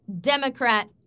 Democrat